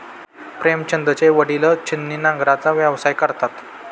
प्रेमचंदचे वडील छिन्नी नांगराचा व्यवसाय करतात